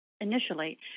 initially